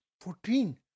Fourteen